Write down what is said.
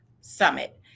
Summit